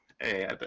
Hey